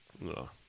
No